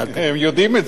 הם יודעים את זה.